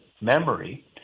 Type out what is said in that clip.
memory